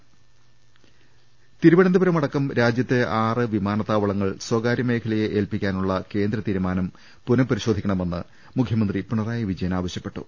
രുമ്പ്പെട്ടിര തിരുവനന്തപുരം അടക്കം രാജ്യത്തെ ആറ് വിമാനത്താവളങ്ങൾ സ്ഥകാര്യ മേഖലയെ ഏൽപ്പിക്കാനുള്ള കേന്ദ്ര തീരുമാനം പുനഃപരിശോധിക്കണമെന്ന് മുഖ്യമന്ത്രി പിണറായി വിജയൻ ആവശ്യപ്പെട്ടു